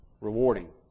rewarding